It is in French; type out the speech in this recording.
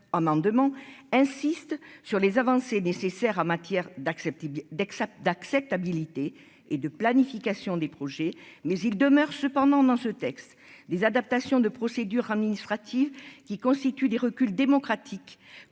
amendements, insiste sur les avancées nécessaires en matière d'accepter dès que ça d'acceptabilité et de planification des projets mais il demeure cependant dans ce texte des adaptations de procédures administratives qui constituent des reculs démocratiques